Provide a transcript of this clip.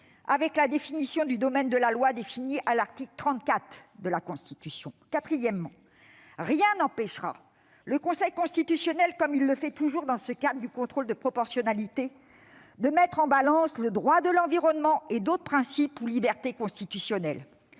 avec la définition du domaine de la loi, telle qu'elle figure à l'article 34 de la Constitution. Quatrièmement, rien n'empêchera le Conseil constitutionnel, comme il le fait toujours dans le cadre du contrôle de proportionnalité, de mettre en balance le droit de l'environnement et d'autres principes ou libertés constitutionnels.